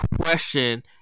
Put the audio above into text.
question